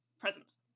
presence